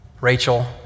Rachel